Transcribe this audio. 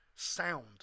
Sound